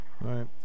Right